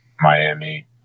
Miami